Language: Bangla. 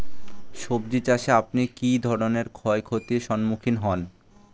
সবজী চাষে আপনি কী ধরনের ক্ষয়ক্ষতির সম্মুক্ষীণ হন?